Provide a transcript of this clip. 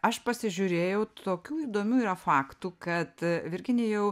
aš pasižiūrėjau tokių įdomių yra faktų kad virginijau